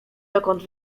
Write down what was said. dokąd